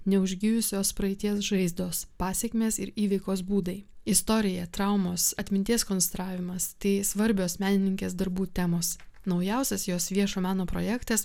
neužgijusios praeities žaizdos pasekmės ir įveikos būdai istorija traumos atminties konstravimas tai svarbios menininkės darbų temos naujausias jos viešo meno projektas